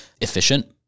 efficient